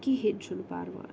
کِہیٖنۍ چھُنہٕ پرواے